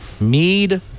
mead